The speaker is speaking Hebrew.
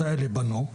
לא הבנתי בדיוק,